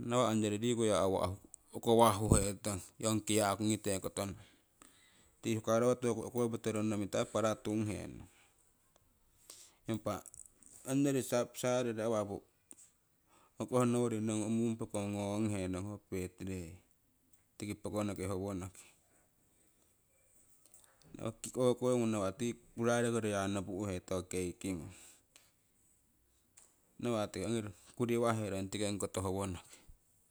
nawah ongyori riku ya awah uukowah huhetong ong kiakukite kotoninang tii hukarotoku ukopito roono miito ai paratunghegnong imah ongyori sarere awaku hokoh nowori ngong ummung pookong ngonghe nong, ho pokong birthday tiki pokonoki howonoki. O'ko ngung nawa' tii owo purairekori ya noopu' hetong, ho cake ngung nawa' tii ongi kuriwaherong tiki ongikoto howo noki